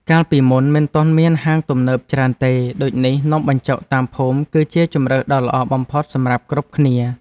កាលពីមុនមិនទាន់មានហាងទំនើបច្រើនទេដូចនេះនំបញ្ចុកតាមភូមិគឺជាជម្រើសដ៏ល្អបំផុតសម្រាប់គ្រប់គ្នា។